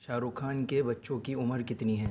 شاہ رُخ خان کے بچوں کی عمر کتنی ہے